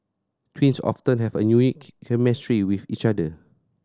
twins have a unique chemistry with each other